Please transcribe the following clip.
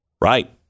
right